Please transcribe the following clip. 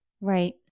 Right